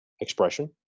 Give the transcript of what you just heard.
expression